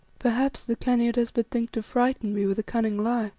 perhaps the khania does but think to frighten me with a cunning lie,